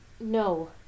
No